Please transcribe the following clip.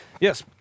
Yes